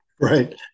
right